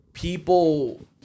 People